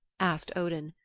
asked odin,